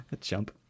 Jump